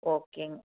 ஓகேங்க